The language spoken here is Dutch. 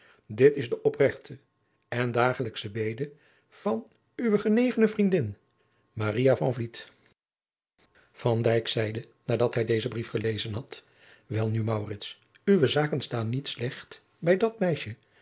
dit is de opregte en dagelijksche bede van uwe genegene vriendin maria van vliet van dijk zeide nadat hij dezen brief gelezen had welnu maurits uwe zaken staan niet slecht bij dat meisje